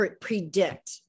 predict